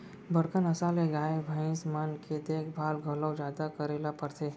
बड़का नसल के गाय, भईंस मन के देखभाल घलौ जादा करे ल परथे